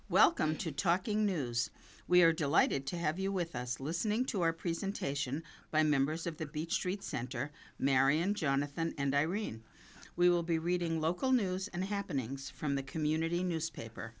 welcome to talking news we are delighted to have you with us listening to our presentation by members of the beech street center marian jonathan and irene we will be reading local news and happenings from the community newspaper